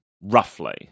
Roughly